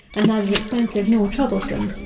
and neither expensive nor troublesome,